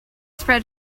spread